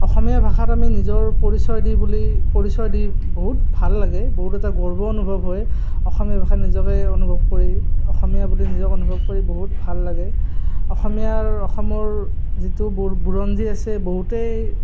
অসমীয়া ভাষাত আমি নিজৰ পৰিচয় দি বুলি পৰিচয় দি বহুত ভাল লাগে বহুত এটা গৰ্ব অনুভৱ হয় অসমীয়া ভাষাত নিজকে অনুভৱ কৰি অসমীয়া বুলি নিজক অনুভৱ কৰি বহুত ভাল লাগে অসমীয়াৰ অসমৰ যিটো বু বুৰঞ্জী আছে বহুতেই